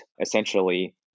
essentially